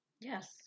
Yes